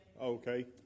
Okay